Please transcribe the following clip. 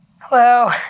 hello